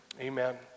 Amen